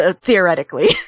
Theoretically